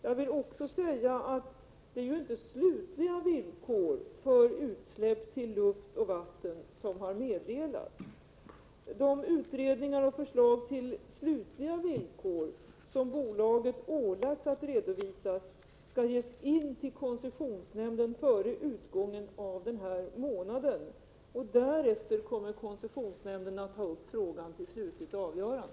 Jag vill också säga att det inte är slutliga villkor för utsläpp till luft och vatten som har meddelats. De utredningar och förslag till slutliga villkor som bolaget ålagts att redovisa skall ges in till koncessionsnämnden före utgången av innevarande månad. Därefter kommer koncessionsnämnden att ta upp frågan till slutligt avgörande.